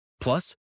Plus